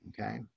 okay